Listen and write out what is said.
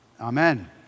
amen